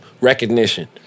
recognition